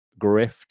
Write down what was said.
grift